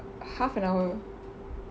half an hour